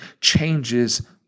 changes